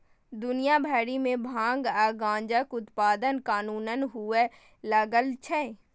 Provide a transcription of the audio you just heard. दुनिया भरि मे भांग आ गांजाक उत्पादन कानूनन हुअय लागल छै